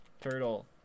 Turtle